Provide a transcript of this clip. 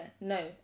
no